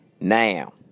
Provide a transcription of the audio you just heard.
Now